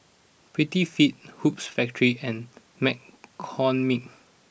Prettyfit Hoops Factory and McCormick